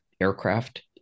aircraft